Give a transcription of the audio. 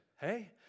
hey